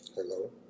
Hello